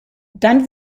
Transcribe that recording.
dann